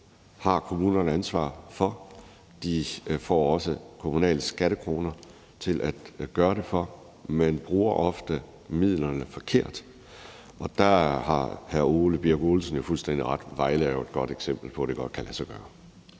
har kommunerne ansvar for. De får også kommunale skattekroner til at gøre det for, men bruger ofte midlerne forkert. Og der har hr. Ole Birk Olesen jo fuldstændig ret i, at Vejle er et godt eksempel på, at det godt kan lade sig gøre.